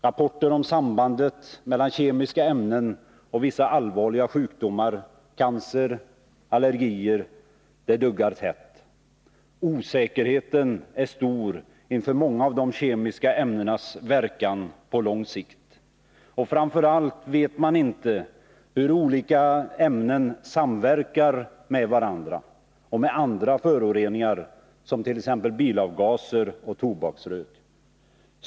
Rapporter om sambandet mellan kemiska ämnen och vissa allvarliga sjukdomar, cancer och allergier, duggar tätt. Osäkerheten är stor inför många av de kemiska ämnenas verkan på lång sikt. Framför allt vet man inte hur olika ämnen samverkar med varandra och med andra föroreningar, t.ex. bilavgaser och tobaksrök.